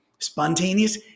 spontaneous